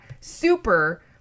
super